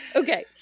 okay